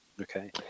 Okay